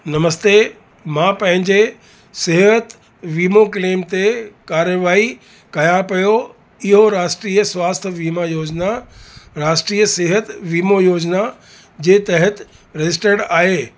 नमस्ते मां पंहिंजे सिहतु वीमो क्लैम ते कार्यवाही कयां पियो इहो राष्ट्रीय स्वास्थ्यु वीमा योजना राष्ट्रीय सिहतु विमो योजना जे तहतु रजिस्ट्रड आहे